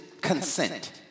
consent